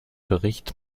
bericht